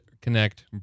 connect